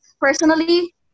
personally